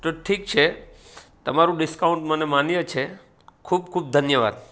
તો ઠીક છે તમારું ડિસ્કાઉન્ટ મને માન્ય છે ખૂબ ખૂબ ધન્યવાદ